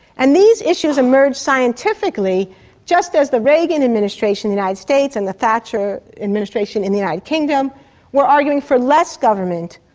and these issues emerged scientifically just as the reagan administration in the united states and the thatcher administration in the united kingdom were arguing for less government,